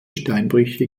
steinbrüche